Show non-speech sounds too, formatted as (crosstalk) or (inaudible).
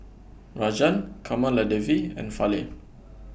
Rajan Kamaladevi and Fali (noise)